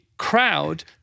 crowd